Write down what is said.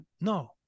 no